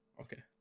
Okay